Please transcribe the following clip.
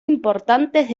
importantes